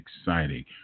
exciting